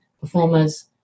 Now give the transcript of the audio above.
performers